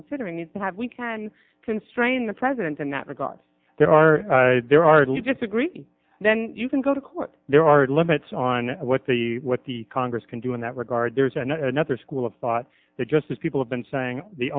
considering need to have we can constrain the president in that regard there are there are do you disagree then you can go to court there are limits on what the what the congress can do in that regard there's another school of thought that just as people have been saying the